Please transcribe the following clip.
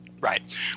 right